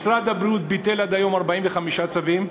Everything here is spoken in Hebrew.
משרד הבריאות ביטל עד היום 45 צווים,